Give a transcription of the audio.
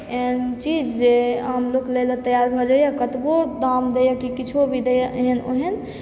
एहन चीज जे आम लोक लै लऽ तैयार भऽ जाइए कतबो दाम दैए की किछो भी दैए एहेन ओहेन